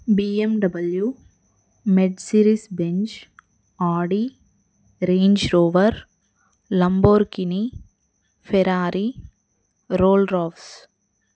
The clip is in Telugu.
బీఎండబ్ల్యూ మెడ్ series Benz Audi Range Rover Lamborghini Ferrari Rolls Ross